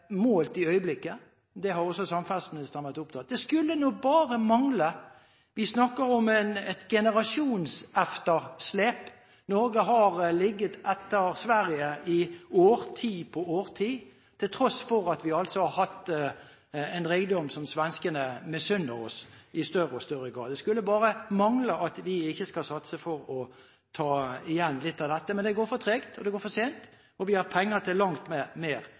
målt i øyeblikket. Det har også samferdselsministeren vært opptatt av. Det skulle nå bare mangle. Vi snakker om et generasjonsetterslep. Norge har ligget etter Sverige i årti etter årti, til tross for at vi har hatt en rikdom som svenskene misunner oss i større og større grad. Det skulle bare mangle at vi ikke skulle satse på å ta igjen litt av dette. Det går for tregt, og det går for sent, og vi har penger til langt mer. Hva vi vil oppnå med